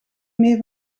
mee